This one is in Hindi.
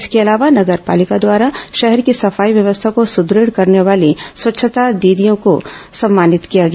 इसके अलावा नगर पालिका द्वारा शहर की सफाई व्यवस्था को सुदृढ करने वाली स्वच्छता दीदियों को सम्मानित किया गया